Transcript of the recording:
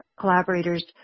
collaborators